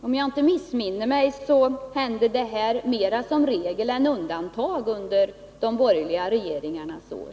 Om jag inte missminner mig, var detta mer regel än undantag under de borgerliga regeringarnas år.